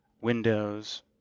Windows